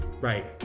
right